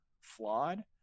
flawed